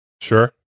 Sure